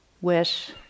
wish